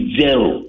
zero